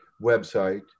website